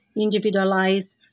individualized